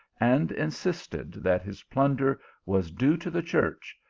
and insisted that his plunder was due to the church,